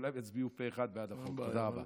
כולם יצביעו פה אחד בעד החוק הזה.